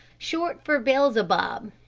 short for bellzebub.